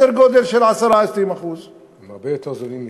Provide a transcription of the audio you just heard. גודל של 10% 20%. הם הרבה יותר זולים מסינים?